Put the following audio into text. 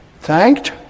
thanked